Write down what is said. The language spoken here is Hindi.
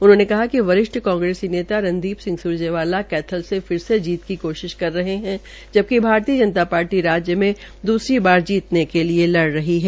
उन्होंने कहा कि वरिष्ठ कांग्रेसी नेता रणदीप सिंह सुरजेवाला कैथल में फिर से जीत की कोशिश कर रहे है जबकि भारतीय जनता पार्टी राज्य में दूसरी बार जीतने के लिए लड़ रही है